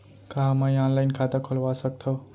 का मैं ऑनलाइन खाता खोलवा सकथव?